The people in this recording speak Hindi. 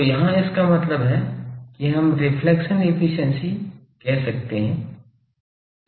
तो यहां इसका मतलब है कि हम रिफ्लेक्शन एफिशिएंसी कह सकते हैं